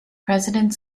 president